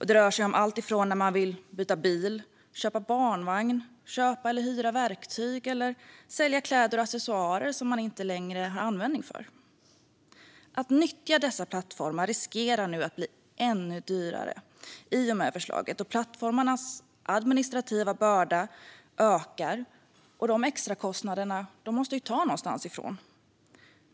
Det rör sig om alltifrån att man vill byta bil, köpa barnvagn eller köpa eller hyra verktyg till att man vill sälja kläder eller accessoarer som man inte längre har användning för. Att nyttja dessa plattformar riskerar nu i och med förslaget att bli ännu dyrare då plattformarnas administrativa börda ökar. Pengarna för att betala för dessa extrakostnader måste tas någonstans ifrån.